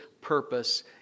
purpose